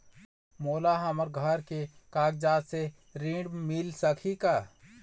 मोला हमर घर के कागजात से ऋण मिल सकही का?